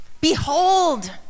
Behold